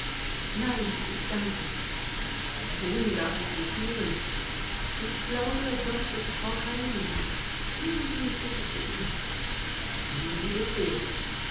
nein ich danke wohin darf ich sie führen ich glaube dort ist frau karenina führen sie mich bitte zu ihr wie sie befehlen